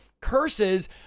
curses